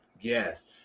Yes